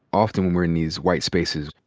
often when we're in these white spaces,